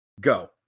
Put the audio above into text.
Go